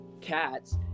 cats